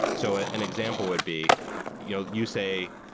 so an example would be you know you say,